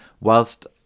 whilst